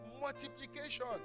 multiplication